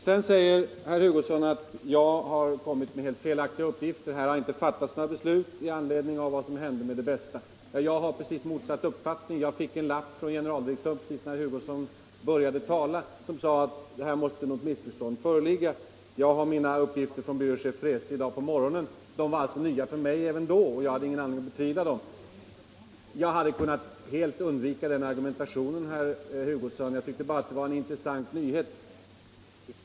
Herr Hugosson säger att jag har lämnat helt felaktiga uppgifter; det har inte fattats några beslut med anledning av vad som hände när det gällde Det Bästa. Jag har precis motsatt uppfattning. Precis när herr Hugosson började sitt anförande fick jag en lapp från generaldirektören i datainspektionen om att något missförstånd måste föreligga. Jag har fått mina uppgifter från datainspektionens byråchef i dag på morgonen. De var då nya även för mig, och jag hade ingen anledning att betvivla dem. Men jag hade helt kunnat undvika dem i argumentationen, herr Hugosson. Jag tyckte bara att det var en intressant nyhet.